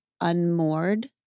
unmoored